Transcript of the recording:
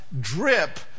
drip